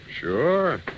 Sure